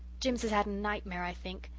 jims has had a nightmare, i think.